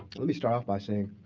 let me start off by saying